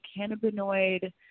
cannabinoid